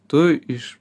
tu iš